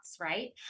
right